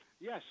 Yes